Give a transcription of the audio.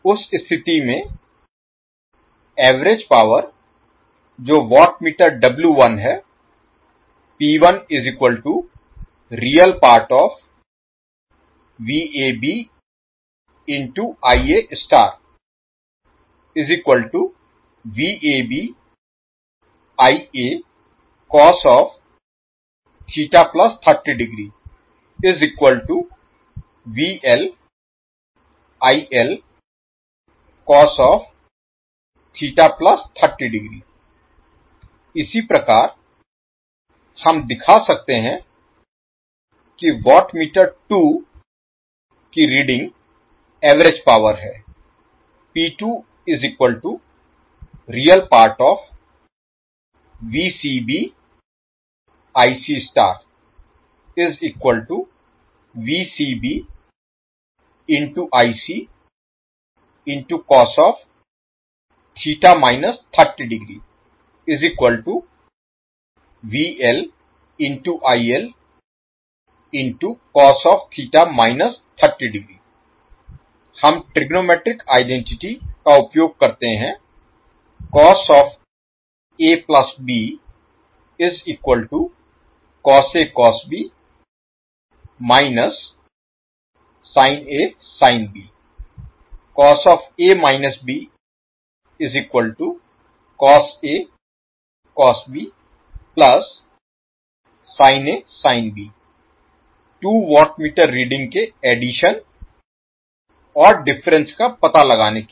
उस स्थिति में एवरेज पावर जो वाट मीटर है इसी प्रकार हम दिखा सकते हैं कि वाट मीटर 2 की रीडिंग एवरेज पावर है हम ट्रिग्नोमेट्रिक आइडेंटिटी का उपयोग करते हैं 2 वाट मीटर रीडिंग के एडिशन और डिफरेंस का पता लगाने के लिए